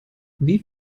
wie